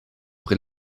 pri